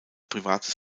privates